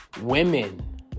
women